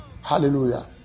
Hallelujah